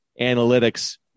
analytics